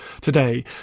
today